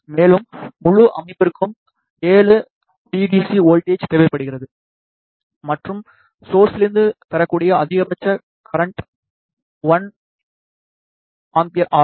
மேலும் முழு அமைப்பிற்கும் 7 வி டிசி வோல்ட்டேஜ் தேவைப்படுகிறது மற்றும் சோர்ஸிலிருந்து பெறக்கூடிய அதிகபட்ச கரண்ட் 1 ஏ ஆகும்